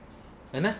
!hanna!